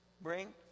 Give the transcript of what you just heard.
bring